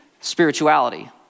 spirituality